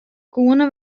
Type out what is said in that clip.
koene